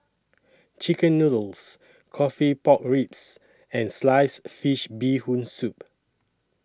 Chicken Noodles Coffee Pork Ribs and Sliced Fish Bee Hoon Soup